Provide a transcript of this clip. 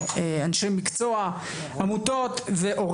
אנשי מקצוע והורים.